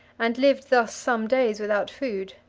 and lived thus some days without food.